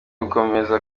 ugukomeza